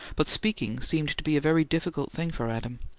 but speaking seemed to be a very difficult thing for adam.